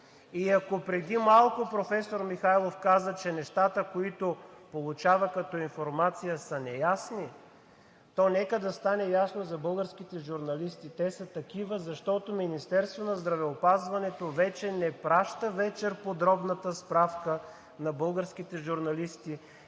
И ако преди малко професор Михайлов каза, че нещата, които получава като информация, са неясни, то нека да стане ясно за българските журналисти: те са такива, защото Министерството на здравеопазването вече не праща вечер подробната справка на българските журналисти